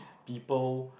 people